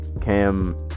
cam